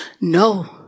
No